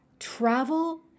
travel